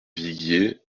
viguier